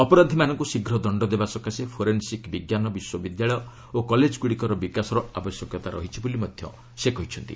ଅପରାଧୀମାନଙ୍କୁ ଶୀଘ୍ର ଦଣ୍ଡଦେବା ସକାଶେ ଫୋରେନ୍ସିକ୍ ବିଜ୍ଞାନ ବିଶ୍ୱବିଦ୍ୟାଳୟ ଓ କଲେଜ ଗୁଡ଼ିକର ବିକାଶର ଆବଶ୍ୟକତା ରହିଛି ବୋଲି ମଧ୍ୟ ସେ କହିଛନ୍ତି